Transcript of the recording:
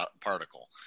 particle